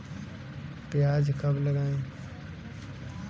प्याज कब लगाएँ?